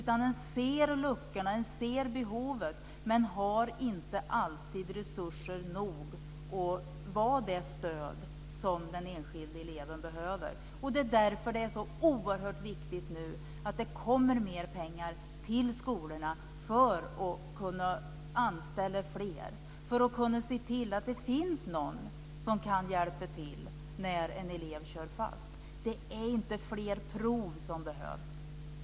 Man ser luckorna och man ser behovet, men man har inte alltid resurser nog för att vara det stöd som den enskilda eleven behöver. Det är därför som det är så oerhört viktigt att det kommer mer pengar till skolorna nu så att de kan anställa fler. På så sätt kan de se till att det finns någon som kan hjälpa till när en elev kört fast. Det är inte fler prov som behövs.